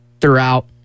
throughout